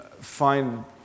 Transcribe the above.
find